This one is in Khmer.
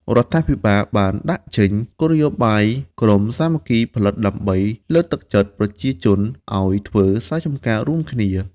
រដ្ឋាភិបាលបានដាក់ចេញគោលនយោបាយ ក្រុមសាមគ្គីផលិតដើម្បីលើកទឹកចិត្តប្រជាជនឱ្យធ្វើស្រែចម្ការរួមគ្នា ។